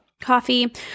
coffee